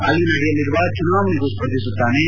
ಅಲ್ಲಿ ನಡೆಯಲಿರುವ ಚುನಾವಣೆಗೂ ಸ್ಪರ್ಧಿಸುತ್ತಾನೆ